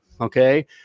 okay